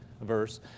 verse